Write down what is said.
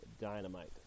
Dynamite